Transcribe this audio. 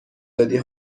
دادی